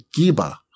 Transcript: Giba